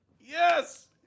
Yes